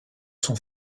son